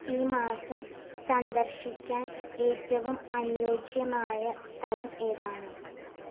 ഈ മാസം സന്ദർശിക്കാൻ ഏറ്റവും അനുയോജ്യമായ സ്ഥലം ഏതാണ്